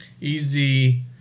Easy